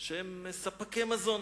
שהם ספקי מזון.